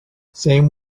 same